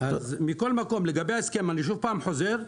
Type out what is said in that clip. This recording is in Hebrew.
מכל מקום, לגבי ההסכם, אני שוב פעם חוזר,